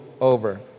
over